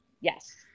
Yes